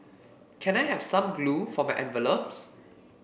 can I have some glue for my envelopes